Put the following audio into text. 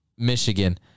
Michigan